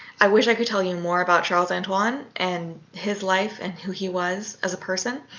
i wish i could tell you more about charles antoine and his life and who he was as a person.